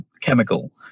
chemical